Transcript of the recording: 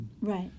Right